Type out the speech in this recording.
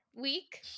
week